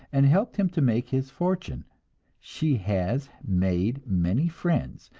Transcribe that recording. and helped him to make his fortune she has made many friends,